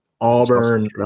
Auburn –